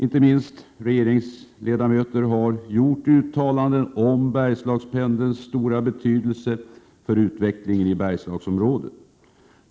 Inte minst regeringsledamöter har gjort uttalanden om Bergslagspendelns stora betydelse för utvecklingen i Bergslagsområdet.